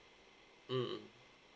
mm mm